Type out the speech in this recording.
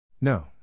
No